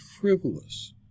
frivolous